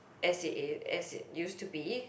as it is as it used to be